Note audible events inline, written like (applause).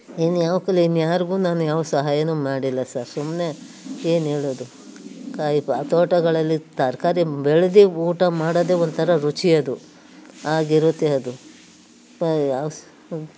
ಇನ್ಯಾ (unintelligible) ಇನ್ಯಾರಿಗೂ ನಾನು ಯಾವ ಸಹಾಯವೂ ಮಾಡಿಲ್ಲ ಸರ್ ಸುಮ್ಮನೆ ಏನು ಹೇಳೋದು ಕಾಯಿ ಪ ತೋಟಗಳಲ್ಲಿ ತರಕಾರಿ ಬೆಳೆದು ಊಟ ಮಾಡೋದೇ ಒಂಥರ ರುಚಿ ಅದು ಆಗಿರುತ್ತೆ ಅದು (unintelligible)